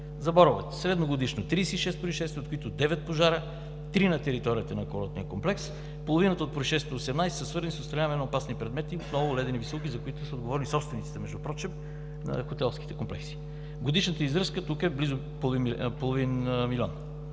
За Боровец: средногодишно 36 произшествия, от които 9 пожара – три на територията на курортния комплекс. Половината от произшествията – 18, са свързани с отстраняване на опасни предмети, отново ледени висулки, за които са отговорни собствениците на хотелските комплекси. Годишната издръжка тук е близо половин милион.